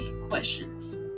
questions